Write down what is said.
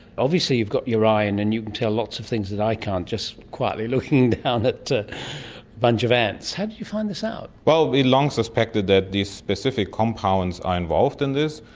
obviously you've got your eye in and you can tell lots of things that i can't just quietly looking down at a bunch of ants. how did you find this out? well, we long suspected that these specific compounds are involved in this.